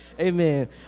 Amen